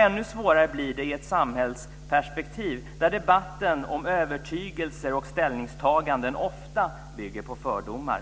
Ännu svårare blir det i ett samhällsperspektiv där debatten om övertygelser och ställningstaganden ofta bygger på fördomar.